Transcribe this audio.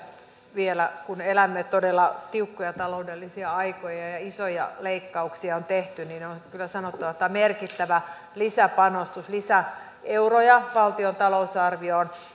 vielä kun elämme todella tiukkoja taloudellisia aikoja ja isoja leikkauksia on tehty niin on kyllä sanottava että tämä on merkittävä lisäpanostus lisäeuroja valtion talousarvioon